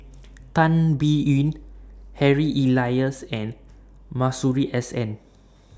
Tan Biyun Harry Elias and Masuri S N